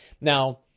Now